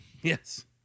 Yes